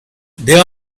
they